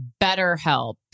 BetterHelp